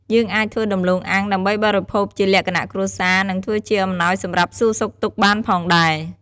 យើងអាចធ្វើដំទ្បូងអាំង ដើម្បីបរិភោគជាលក្ខណៈគ្រួសារ និងធ្វើជាអំណោយសម្រាប់សួរសុខទុក្ខបានផងដែរ។